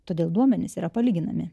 todėl duomenys yra palyginami